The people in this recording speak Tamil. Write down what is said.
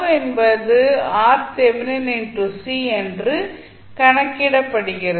τ என்பது என கணக்கிடப்படுகிறது